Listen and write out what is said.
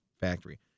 factory